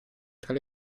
tra